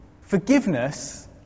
forgiveness